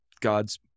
God's